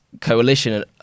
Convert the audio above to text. coalition